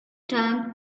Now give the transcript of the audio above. time